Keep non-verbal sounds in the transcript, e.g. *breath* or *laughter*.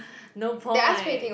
*breath* no point